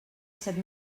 set